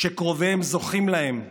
שקרוביהם זוכים להם מהממסד.